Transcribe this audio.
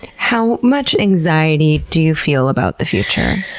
how much anxiety do you feel about the future?